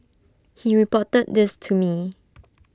he reported this to me